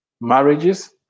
marriages